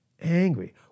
angry